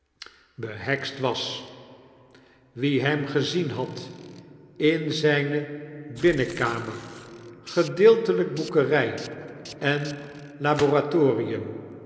behekst was wie hem gezien had in zijne binnenkamer gedeeltelijk boekerij en laboratoiiuni